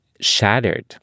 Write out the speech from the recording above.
shattered